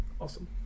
Awesome